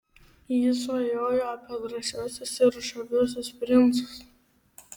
ji svajojo apie drąsiuosius ir žaviuosius princus